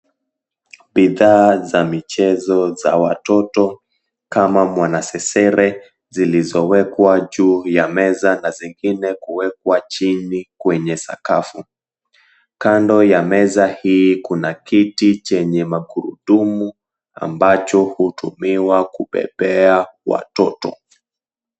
Bidhaa za michezo za watoto kama mwanasesere zilizowekwa juu ya meza na zingine kuwekwa chini kwenye sakafu. Kando ya meza hii kuna kiti chenye magurudumu ambacho hutumiwa kubebea watoto.